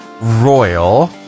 royal